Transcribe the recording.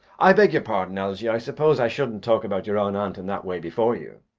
i beg your pardon, algy, i suppose i shouldn't talk about your own aunt in that way before you.